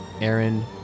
Aaron